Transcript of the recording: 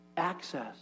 Access